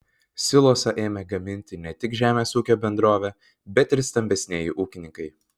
silosą ėmė gaminti ne tik žemės ūkio bendrovė bet ir stambesnieji ūkininkai